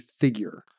figure